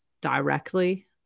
directly